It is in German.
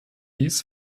dies